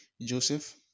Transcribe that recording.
Joseph